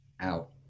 out